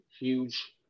huge